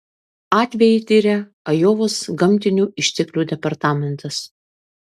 atvejį tiria ajovos gamtinių išteklių departamentas